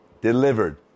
delivered